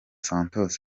santos